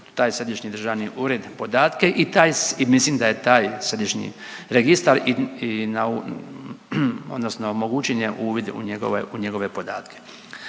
taj središnji državni ured podatke i mislim da je taj središnji registar odnosno omogućen je uvid u njegove podatke.